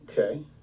Okay